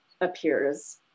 appears